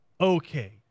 okay